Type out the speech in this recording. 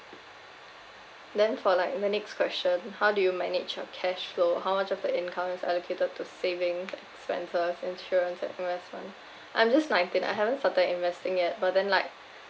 then for like the next question how do you manage your cash flow how much of the income is allocated to saving expenses insurance and investment I'm just nineteen I haven't started investing yet but then like